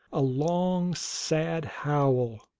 a long, sad howl,